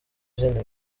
izindi